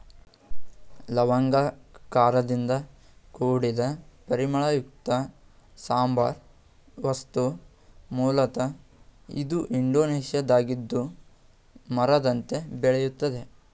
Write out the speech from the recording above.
ಲವಂಗ ಖಾರದಿಂದ ಕೂಡಿದ ಪರಿಮಳಯುಕ್ತ ಸಾಂಬಾರ ವಸ್ತು ಮೂಲತ ಇದು ಇಂಡೋನೇಷ್ಯಾದ್ದಾಗಿದ್ದು ಮರದಂತೆ ಬೆಳೆಯುತ್ತದೆ